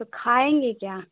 तो खाएंगे क्या